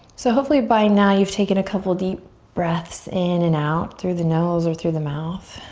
so hopefully by now you've taken a couple deep breaths in and out through the nose or through the mouth.